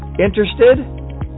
Interested